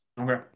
Okay